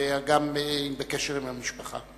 והיא גם בקשר המשפחה.